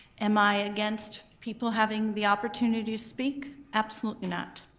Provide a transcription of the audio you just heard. am i against people having the opportunity to speak, absolutely not.